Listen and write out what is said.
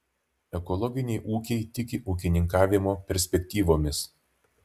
ekologiniai ūkiai tiki ūkininkavimo perspektyvomis